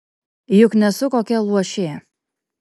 juk nesu kokia luošė